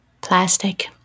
plastic